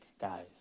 guys